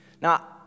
Now